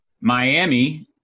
Miami